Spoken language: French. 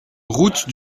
route